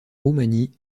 roumanie